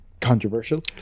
controversial